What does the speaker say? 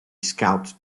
scout